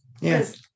Yes